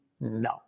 No